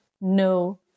no